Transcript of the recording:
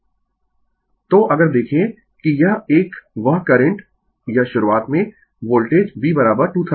Refer Slide Time 2123 तो अगर देखें कि यह एक वह करंट यह शुरूवात में वोल्टेज V 231 कोण 0 o